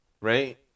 Right